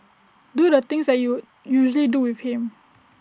do the things that you usually do with him